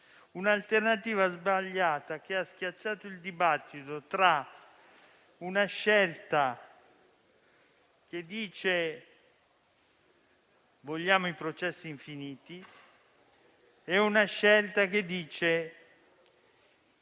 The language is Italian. un'alternativa sbagliata che ha schiacciato il dibattito tra una scelta che dice: «Vogliamo i processi infiniti» e una che dice: